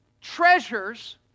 treasures